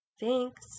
Thanks